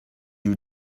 you